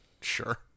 Sure